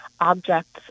objects